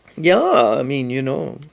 yeah, i mean, you know,